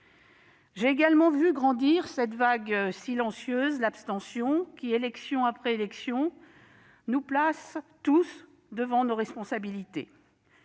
J'ai également vu grandir cette vague silencieuse, l'abstention, qui, élection après élection, nous place tous devant nos responsabilités